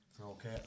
Okay